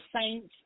Saints